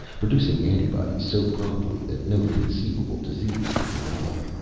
producing antibodies so promptly that no conceivable disease could develop.